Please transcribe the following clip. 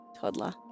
toddler